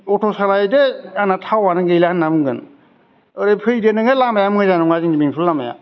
auto सालायदो आंना थावानो गैला होनना बुंगोन ओरै फैदो नोङो लामाया मोजां नङा जोंना बेंथल लामाया